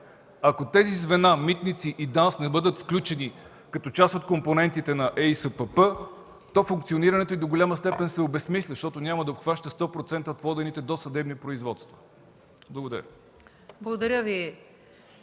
Ако тези звена – Митници, ДАНС, не бъдат включени като част от компонентите на ЕИСПП, то функционирането й до голяма степен се обезсмисля, защото няма да обхваща 100% от водените досъдебни производства. Благодаря.